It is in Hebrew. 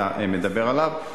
שאתה מדבר עליו,